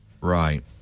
Right